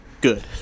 Good